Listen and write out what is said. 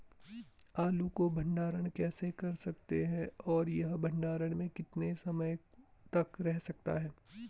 आलू को भंडारण कैसे कर सकते हैं और यह भंडारण में कितने समय तक रह सकता है?